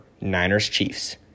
Niners-Chiefs